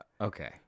Okay